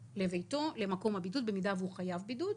לביתו, למקום הבידוד, באם הוא חייב בידוד.